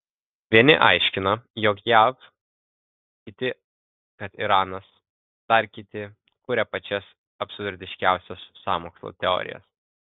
vieni aiškina jog jav kiti kad iranas dar kiti kuria pačias absurdiškiausias sąmokslų teorijas